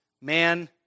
Man